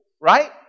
right